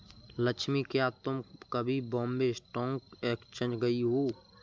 लक्ष्मी, क्या तुम कभी बॉम्बे स्टॉक एक्सचेंज गई हो?